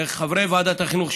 לחברי ועדת החינוך,